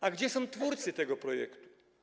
A gdzie są twórcy tego projektu?